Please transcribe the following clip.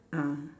ah